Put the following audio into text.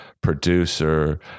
producer